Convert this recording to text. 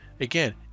again